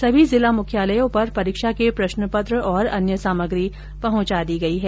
सभी जिला मुख्यालयों पर परीक्षा के प्रश्नपत्र और अन्य सामग्री पहंचा दी गई है